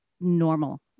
normal